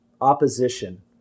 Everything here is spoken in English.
Opposition